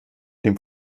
dem